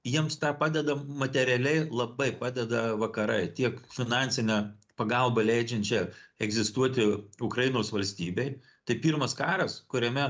jiems tą padeda materialiai labai padeda vakarai tiek finansine pagalba leidžiančia egzistuoti ukrainos valstybei tai pirmas karas kuriame